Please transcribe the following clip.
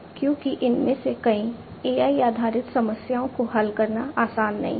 क्योंकि इनमें से कई AI आधारित समस्याओं को हल करना आसान नहीं है